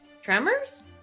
Tremors